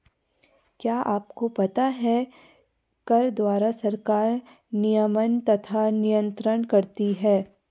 क्या आपको पता है कर द्वारा सरकार नियमन तथा नियन्त्रण करती है?